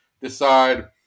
decide –